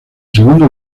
segundo